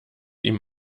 ihm